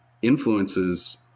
influences